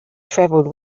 travelled